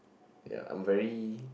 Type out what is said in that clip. ya I'm very